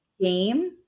game